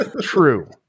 true